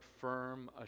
firm